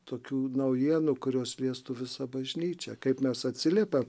tokių naujienų kurios liestų visą bažnyčią kaip mes atsiliepiam